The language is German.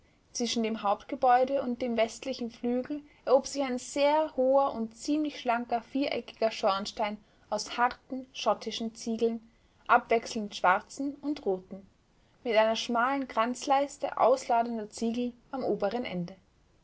zwischen dem hauptgebäude und dem westlichen flügel erhob sich ein sehr hoher und ziemlich schlanker viereckiger schornstein aus harten schottischen ziegeln abwechselnd schwarzen und roten mit einer schmalen kranzleiste ausladender ziegel am oberen ende